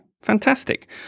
Fantastic